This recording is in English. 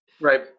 Right